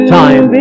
time